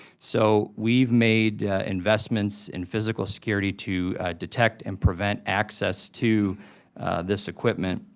so we've made investments in physical security to detect and prevent access to this equipment,